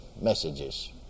messages